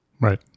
Right